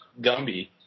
Gumby